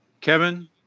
Kevin